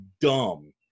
dumb